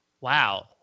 wow